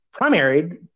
primaried